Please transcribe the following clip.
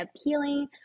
appealing